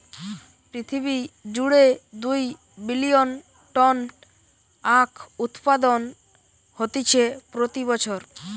পৃথিবী জুড়ে দুই বিলিয়ন টন আখউৎপাদন হতিছে প্রতি বছর